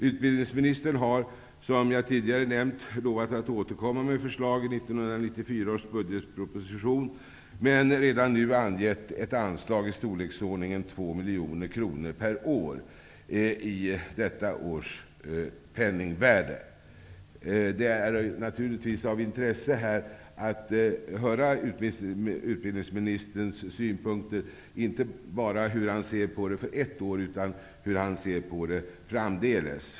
Utbildningsministern har, som jag tidigare nämnt, lovat att återkomma med förslag i 1994 års budgetproposition, men redan nu är ett anslag i storleksordningen 2 miljoner kronor per år angivet -- i detta års penningvärde. Det är naturligtvis av intresse att höra utbildningsministerns synpunkter, inte bara hur han ser på det här för ett år framåt, utan även framdeles.